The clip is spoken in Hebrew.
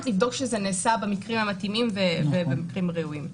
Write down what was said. לבדוק שזה נעשה במקרים המתאימים ובמקרים הראויים.